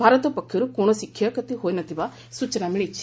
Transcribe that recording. ଭାରତ ପକ୍ଷରୁ କୌଣସି କ୍ଷୟକ୍ଷତି ହୋଇନଥିବା ସ୍ବଚନା ମିଳିଛି